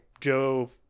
Joe